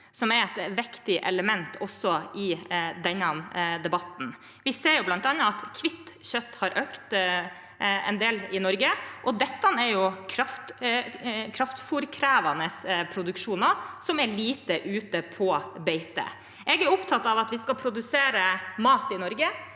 som er et viktig element også i denne debatten. Vi ser bl.a. at hvitt kjøtt har økt en del i Norge, og dette er kraftfôrkrevende produksjoner som er lite ute på beite. Jeg er opptatt av at vi skal produsere mat i Norge.